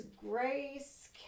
grace